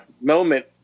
moment